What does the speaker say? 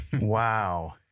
Wow